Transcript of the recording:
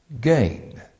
gain